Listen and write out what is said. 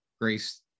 grace